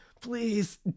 please